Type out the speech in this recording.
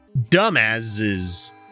Dumbasses